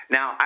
Now